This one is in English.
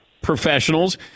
professionals